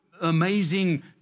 amazing